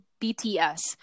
bts